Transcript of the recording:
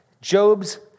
Job's